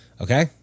okay